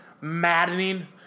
maddening